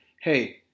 hey